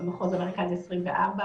במחוז המרכז 24%,